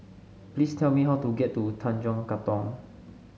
please tell me how to get to Tanjong Katong